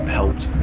helped